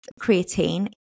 creatine